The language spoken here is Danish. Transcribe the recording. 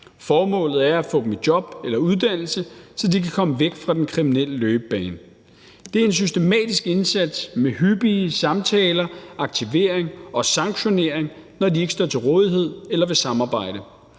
Formålet er at få dem i job eller uddannelse, så de kan komme væk fra den kriminelle løbebane. Det er en systematisk indsats med hyppige samtaler, aktivering og sanktionering, når de ikke står til rådighed eller vil samarbejde.